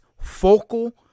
focal